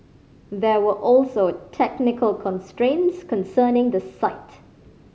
there were also technical constraints concerning the site